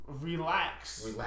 Relax